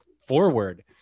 forward